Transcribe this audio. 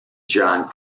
jon